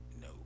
No